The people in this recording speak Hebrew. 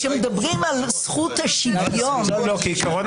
כי עיקרון